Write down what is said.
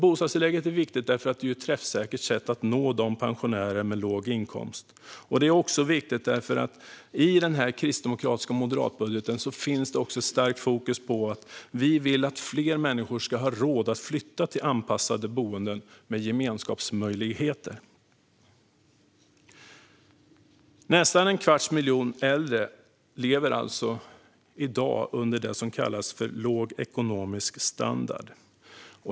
Bostadstillägget är viktigt därför att det är ett träffsäkert sätt att nå pensionärer med låg inkomst. Det är också viktigt därför att det i denna budget från Kristdemokraterna och Moderaterna finns ett starkt fokus på att vi vill att fler människor ska ha råd att flytta till anpassade boenden med gemenskapsmöjligheter. Nästan en kvarts miljon äldre lever alltså i dag under det som kallas låg ekonomisk standard.